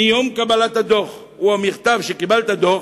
שאם אתה משלם בתוך 14 יום מיום קבלת הדוח או המכתב על קבלת הדוח,